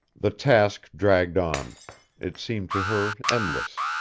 the task dragged on it seemed to her endless.